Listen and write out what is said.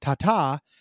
tata